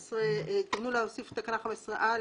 התכוונו להוסיף את תקנה 15א,